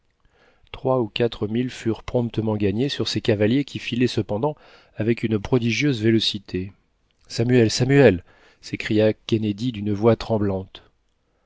trois ou quatre milles furent promptement gagnés sur ces cavaliers qui filaient cependant avec une prodigieuse vélocité samuel samuel s'écria kennedy d'une voix tremblante